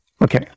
Okay